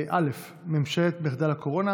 התשפ"ב 2022, מאת חברי הכנסת משה אבוטבול,